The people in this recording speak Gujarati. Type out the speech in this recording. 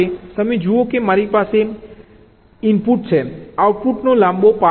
તમે જુઓ કે મારી પાસે ઇનપુટ છે આઉટપુટનો લાંબો પાથ છે